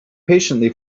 patiently